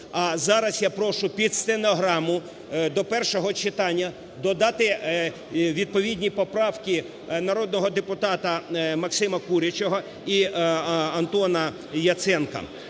А зараз я прошу під стенограму до першого читання додати відповідні поправки народного депутата Максима Курячого і Антона Яценка.